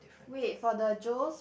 wait for the Joe's